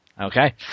Okay